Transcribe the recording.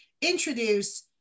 introduce